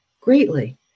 greatly